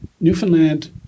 Newfoundland